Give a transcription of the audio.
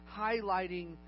highlighting